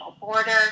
border